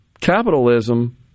capitalism